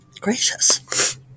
Gracious